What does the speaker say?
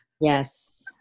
yes